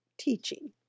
teaching